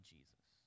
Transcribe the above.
Jesus